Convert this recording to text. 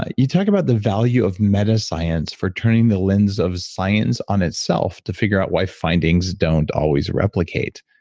ah you talk about the value of meta-science for turning the lens of science on itself to figure out why findings don't always replicate.